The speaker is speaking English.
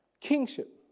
kingship